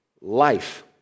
life